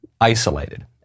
isolated